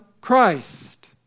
Christ